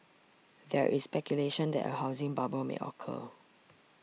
there is speculation that a housing bubble may occur